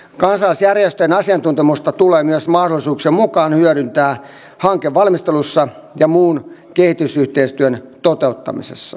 kansalaisjärjestöjen asiantuntemusta tulee myös mahdollisuuksien mukaan hyödyntää hankevalmistelussa ja muun kehitysyhteistyön toteuttamisessa